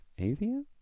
Avia